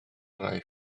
rai